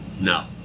No